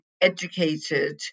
educated